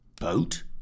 Boat